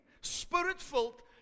spirit-filled